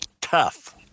Tough